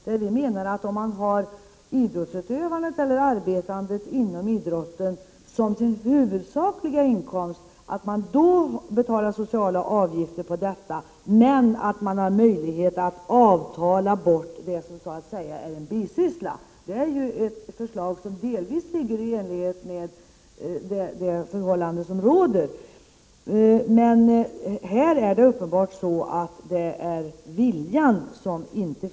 Vi menar nämligen att den som har idrottsutövandet eller arbete inom idrotten som sin huvudsakliga inkomstkälla skall betala sociala avgifter med utgångspunkt däri. Men man skall ha möjlighet att avtala bort det som så att säga är en bisyssla. Det förslaget överensstämmer delvis med rådande förhållanden. Men uppenbarligen saknas viljan att åstadkomma något här.